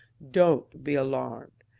don't be alarmed.